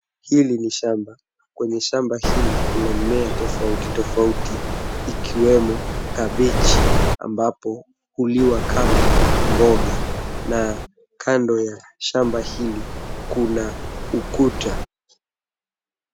Hili ni shamba. Kwenye shamba hili kuna mimea tofauti tofauti, ikiwemo kabichi ambapo huliwa kama mbaoga, na kando ya shamba hili kuna ukuta.